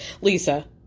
Lisa